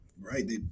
Right